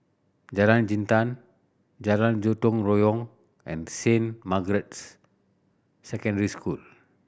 Jalan Jintan Jalan Gotong Royong and Saint Margaret's Secondary School